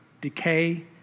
decay